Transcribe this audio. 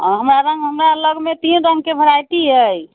हमरा लग हमरा लग मे तीन रंग के भेरायटी अछि